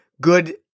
good